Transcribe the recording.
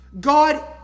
God